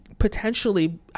potentially